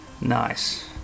Nice